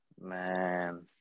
Man